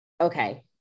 Okay